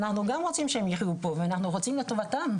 אנחנו גם רוצים שהם יחיו פה ואנחנו רוצים לטובתם.